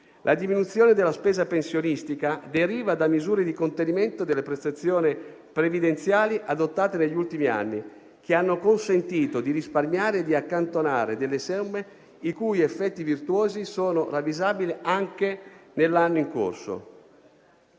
La diminuzione della spesa pensionistica deriva da misure di contenimento delle prestazioni previdenziali adottate negli ultimi anni, che hanno consentito di risparmiare e di accantonare delle somme, i cui effetti virtuosi sono ravvisabili anche nell'anno in corso.